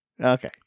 Okay